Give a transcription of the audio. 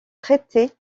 traités